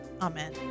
amen